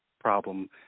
problem